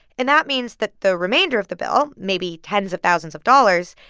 and that means that the remainder of the bill, maybe tens of thousands of dollars,